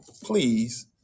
Please